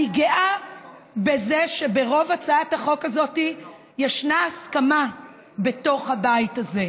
אני גאה בזה שעל רוב הצעת החוק הזאת ישנה הסכמה בתוך הבית הזה,